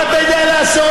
מה אתה יודע לעשות?